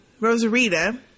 Rosarita